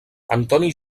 antoni